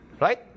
right